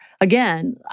again